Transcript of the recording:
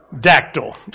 Dactyl